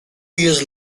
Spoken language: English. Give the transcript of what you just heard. years